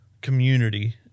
community